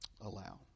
allow